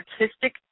artistic